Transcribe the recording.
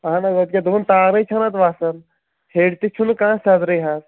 اہن حظ ادٕ کیاہ دوٚپُن تارٕے چھنہٕ اتھ وَسان ہیرِ تہِ چھُنہٕ کانہہ سیزرٕے حظ